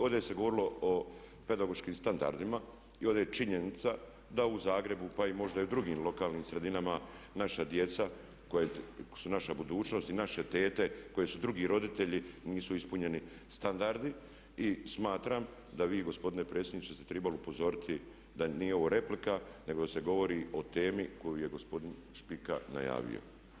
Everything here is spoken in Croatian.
Ovdje se govorilo o pedagoškim standardima i ovdje je činjenica da u Zagrebu pa i možda i u drugim lokalnim sredinama naša djeca koja su naša budućnost i naše tete koje su drugi roditelji nisu ispunjeni standardi i smatram da vi gospodine predsjedniče ste trebali upozoriti da nije ovo replika nego se govori o temi koju je gospodin Špika najavio.